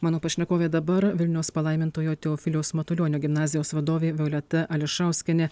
mano pašnekovė dabar vilniaus palaimintojo teofiliaus matulionio gimnazijos vadovė violeta ališauskienė